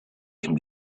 can